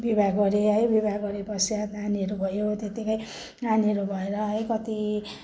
विवाह गरेँ है विवाह गरेपश्चात नानीहरू भयो त्यत्तिकै नानीहरू भएर है कति